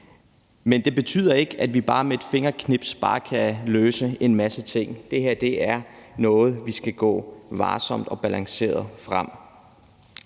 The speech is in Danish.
Men det betyder ikke, at vi med et fingerknips bare kan løse en masse ting. Det her er noget, hvor vi skal gå varsomt og balanceret frem.